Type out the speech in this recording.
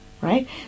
right